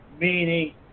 meaning